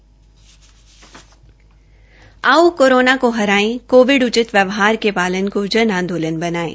आओ कोरोना को हराए कोविड उचित व्यवहार के पालन को जन आंदोलन बनायें